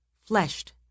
fleshed